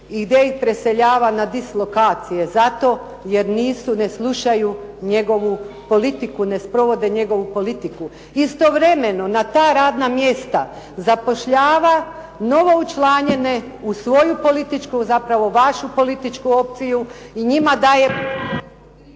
gdje ih preseljava na dislokacije zato jer nisu, ne slušaju njegovu politiku, ne sprovode njegovu politiku. Istovremeno na ta radna mjesta zapošljava novoučlanjene u svoju političku, zapravo vašu političku opciju i njima daje